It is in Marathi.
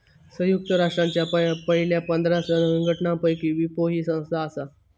संयुक्त राष्ट्रांच्या पयल्या पंधरा संघटनांपैकी विपो ही संस्था आसा